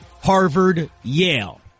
Harvard-Yale